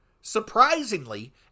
surprisingly